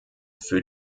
für